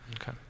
okay